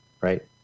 Right